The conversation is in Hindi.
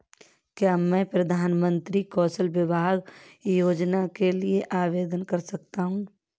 क्या मैं प्रधानमंत्री कौशल विकास योजना के लिए आवेदन कर सकता हूँ?